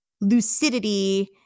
lucidity